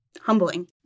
humbling